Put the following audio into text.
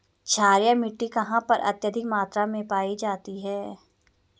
क्षारीय मिट्टी कहां पर अत्यधिक मात्रा में पाई जाती है?